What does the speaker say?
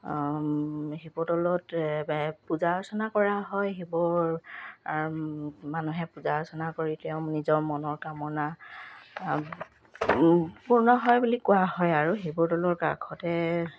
শিৱদৌলত পূজা অৰ্চনা কৰা হয় শিৱ মানুহে পূজা অৰ্চনা কৰি তেওঁ নিজৰ মনৰ কামনা পূৰ্ণ হয় বুলি কোৱা হয় আৰু শিৱদৌলৰ কাষতে